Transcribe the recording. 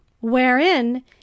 wherein